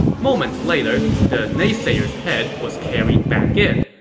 moments later, the naysayer's head was carried back in,